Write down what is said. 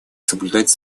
соблюдать